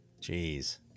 Jeez